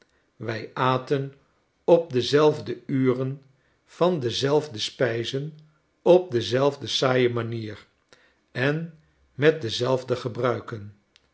allooi wijaten op dezelfde urenvan jtfaar st louis dezelfde spijzen op dezelfde saaie manier en met dezelfde gebruiken